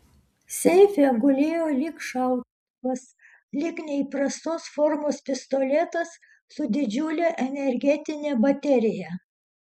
seife gulėjo lyg šautuvas lyg neįprastos formos pistoletas su didžiule energetine baterija